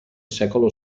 secolo